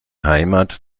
heimat